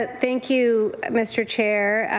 and thank you mr. chair.